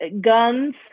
guns